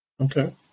Okay